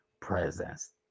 presence